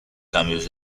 cambios